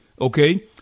okay